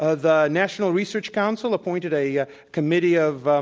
ah the national research council appointed a yeah committee of